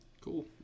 Cool